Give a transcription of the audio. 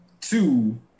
two